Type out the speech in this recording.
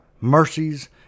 mercies